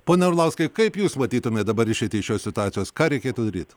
pone orlauskai kaip jūs matytumėt dabar išeitį iš šios situacijos ką reikėtų daryti